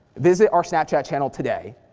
visit our snapchat channel today.